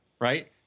right